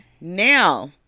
Now